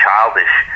childish